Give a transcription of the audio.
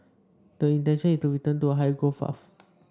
the intention is to return to a higher growth path